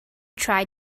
try